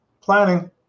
planning